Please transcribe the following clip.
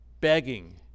begging